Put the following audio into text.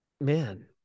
Man